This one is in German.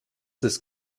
des